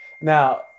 Now